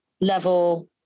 level